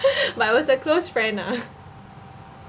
but it was a close friend ah